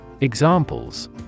Examples